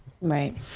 right